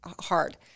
hard